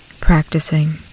Practicing